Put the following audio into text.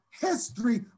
history